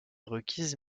requise